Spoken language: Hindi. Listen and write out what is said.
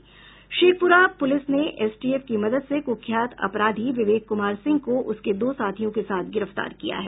शेखपुरा पुलिस ने एसटीएफ की मदद से कुख्यात अपराध विवेक कुमार सिंह को उसके दो साथियों के साथ गिरफ्तार किया है